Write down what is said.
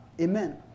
Amen